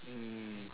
mm